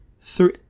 three